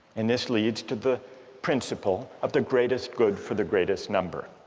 and this leads to the principle of the greatest good for the greatest number